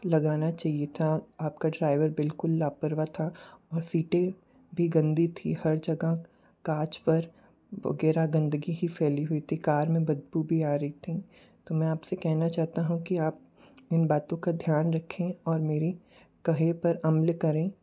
लगाना चाहिए था आपका ड्राइवर बिल्कुल लापरवाह था और सीटें भी की गंदी थी हर जगह काँच पर वगैरह गंदगी ही फैली हुई थी कार में बदबू भी आ रही थीं तो मैं आपसे कहना चाहता हूँ कि आप इन बातों का ध्यान रखें और मेरी कहे पर अमल करें